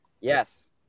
yes